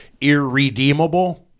irredeemable